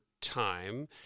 time